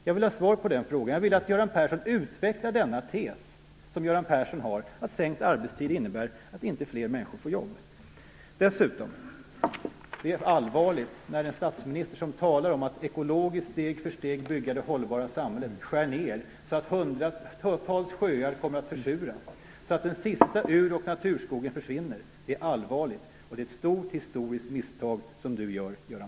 Jag vill ha svar på den frågan. Jag vill att Göran Persson utvecklar den tes som han har om att inte fler människor då skulle få jobb. Det är dessutom allvarligt när en statsminister som talar om att ekologiskt steg för steg bygga det hållbara samhället skär ned så att hundratals sjöar kommer att försuras och så att den sista ur och naturskogen försvinner. Det ett stort historiskt misstag som Göran